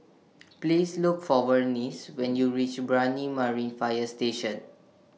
Please Look For Vernice when YOU REACH Brani Marine Fire Station